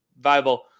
viable